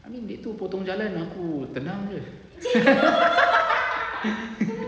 I mean dia tu potong jalan aku tendang jer